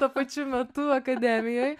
tuo pačiu metu akademijoj